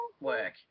work